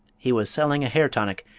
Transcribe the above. he was selling a hair tonic,